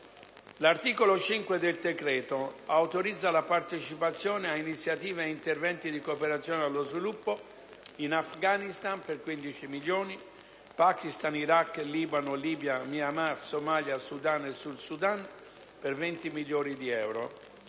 L'articolo 5 del provvedimento autorizza la partecipazione a iniziative e interventi di cooperazione allo sviluppo in Afghanistan (15 milioni di euro), Pakistan, Iraq, Libano, Libia, Myanmar, Somalia, Sudan e Sud Sudan (20 milioni di euro),